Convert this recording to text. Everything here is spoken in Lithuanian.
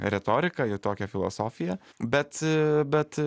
retoriką jų tokią filosofiją bet bet